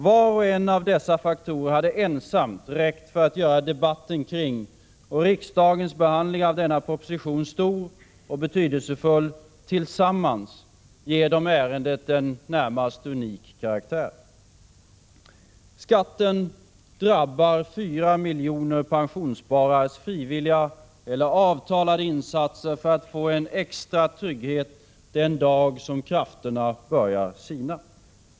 Var och en av dessa faktorer hade ensamt räckt för att göra debatten kring och riksdagens behandling av denna proposition stor och betydelsefull. Tillsammans ger de ärendet en närmast unik karaktär. Skatten drabbar fyra miljoner pensionssparares frivilliga eller avtalade insatser för att få en extra trygghet den dag krafterna börjar sina.